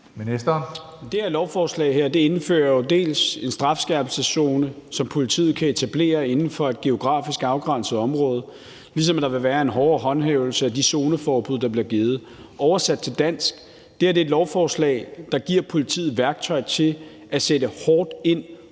Det her lovforslag indfører jo bl.a. en strafskærpelseszone, som politiet kan etablere inden for et geografisk afgrænset område, ligesom der vil være en hårdere håndhævelse af de zoneforbud, der bliver givet. Oversat til dansk betyder det: Det her er et lovforslag, der giver politiet værktøj til at sætte hårdt ind